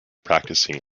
practicing